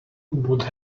would